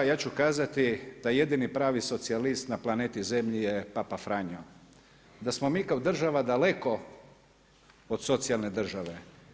Ja ću kazati da jedini pravi socijalist na planeti Zemlji je papa Franjo, da smo mi kao država daleko od socijalne države.